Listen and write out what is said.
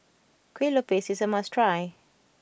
Kuih Lopes is a must try